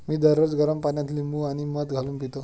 मी दररोज गरम पाण्यात लिंबू आणि मध घालून पितो